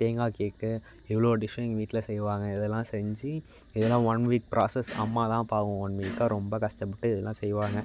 தேங்காய் கேக்கு இவ்வளோ டிஷ்ஷும் எங்கள் வீட்டில் செய்வாங்க இதெல்லாம் செஞ்சு இதெல்லாம் ஒன் வீக் ப்ராசஸ் அம்மா தான் பாவம் ஒன் வீக்காக ரொம்ப கஷ்டப்பட்டு இதெல்லாம் செய்வாங்க